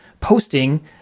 posting